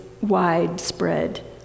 widespread